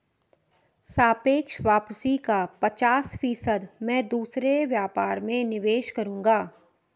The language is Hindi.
सापेक्ष वापसी का पचास फीसद मैं दूसरे व्यापार में निवेश करूंगा